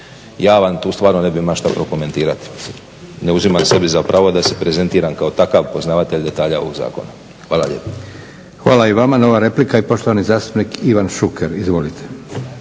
bih imao stvarno što prokomentirati. Ne uzimam sebi za pravo da se prezentiram kao takav poznavatelj detalja ovog zakona. Hvala lijepo. **Leko, Josip (SDP)** Hvala i vama. Nova replika i poštovani zastupnik Ivan Šuker. Izvolite.